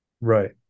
Right